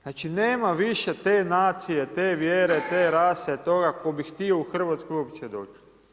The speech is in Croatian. Znači nema više te nacije, te vjere, te rase, toga ko bi htio u Hrvatsku uopće doći.